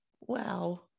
Wow